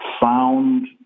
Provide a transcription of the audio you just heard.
found